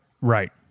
Right